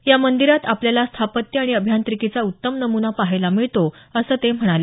या मंदिरात आपल्याला स्थापत्य आणि अभियांत्रिकीचा उत्तम नमुना पहायला मिळतो असं ते म्हणाले